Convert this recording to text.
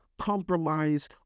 compromise